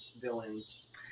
villains